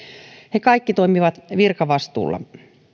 he kaikki toimivat virkavastuulla